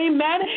Amen